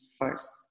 first